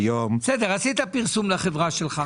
עשית פרסום לחברה שלך.